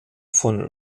von